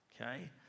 okay